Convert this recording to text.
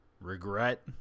regret